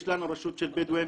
יש לנו רשות של בדואים.